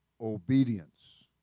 obedience